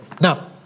Now